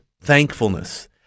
thankfulness